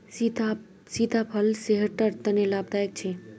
सीताफल सेहटर तने लाभदायक छे